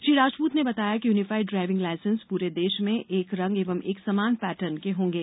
श्री राजपूत ने बताया कि यूनिफाइड ड्रायविंग लायसेंस पूरे देश में एक रंग एवं समान पेटर्न के होंगे